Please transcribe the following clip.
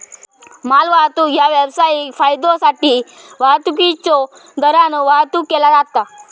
मालवाहतूक ह्या व्यावसायिक फायद्योसाठी मालवाहतुकीच्यो दरान वाहतुक केला जाता